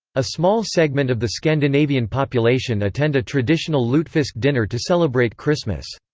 a small segment of the scandinavian population attend a traditional lutefisk dinner to celebrate christmas.